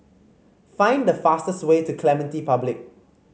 find the fastest way to Clementi Public